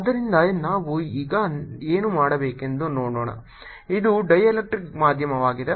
ಆದ್ದರಿಂದ ನಾವು ಈಗ ಏನು ಮಾಡಬೇಕೆಂದು ನೋಡೋಣ ಇದು ಡೈಎಲೆಕ್ಟ್ರಿಕ್ಸ್ ಮಾಧ್ಯಮವಾಗಿದೆ